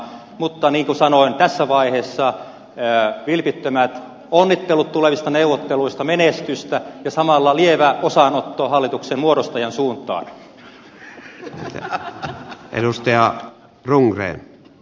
mutta niin kuin sanoin tässä vaiheessa vilpittömät onnittelut tulevista neuvotteluista menestystä ja samalla lievä osanotto hallituksen muodostajan suuntaan